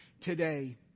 today